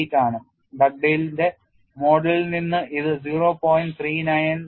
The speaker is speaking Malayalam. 318 ആണ് ഡഗ്ഡെയ്ലിന്റെ മോഡലിൽ നിന്ന് ഇത് 0